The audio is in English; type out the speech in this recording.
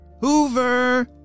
Hoover